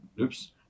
oops